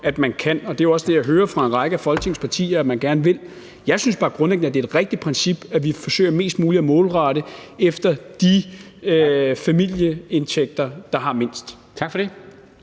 at man kan, og det er også det, jeg hører fra en række af Folketingets partier at man gerne vil. Jeg synes bare grundlæggende, at det er et rigtigt princip, at vi forsøger mest muligt at målrette det efter de familieindtægter, der har mindst. Kl.